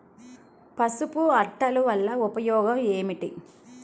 పసుపు అట్టలు వలన ఉపయోగం ఏమిటి?